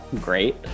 Great